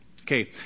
Okay